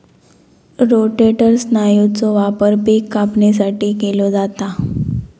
rotator स्नायूचो वापर पिक कापणीसाठी केलो जाता